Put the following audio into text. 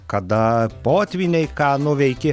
kada potvyniai ką nuveikė